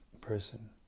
person